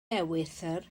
ewythr